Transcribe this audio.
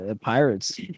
Pirates